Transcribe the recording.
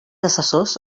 assessors